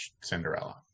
Cinderella